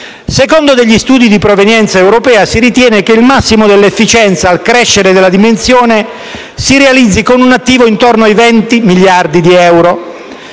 Secondo degli studi di provenienza europea, si ritiene che il massimo dell'efficienza al crescere della dimensione di realizzi con un attivo intorno ai 20 miliardi di euro,